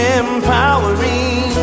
empowering